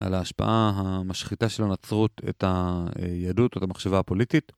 על ההשפעה המשחיתה של הנצרות, את היהדות, את המחשבה הפוליטית.